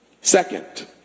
Second